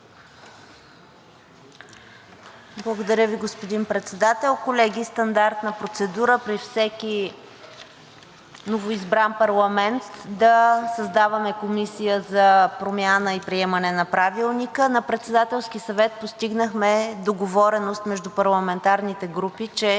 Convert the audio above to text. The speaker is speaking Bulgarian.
Благодаря Ви, господин Председател. Колеги, стандартна процедура при всеки новоизбран парламент е да създаваме Комисия за промяна и приемане на Правилника. На Председателския съвет постигнахме договореност между парламентарните групи, че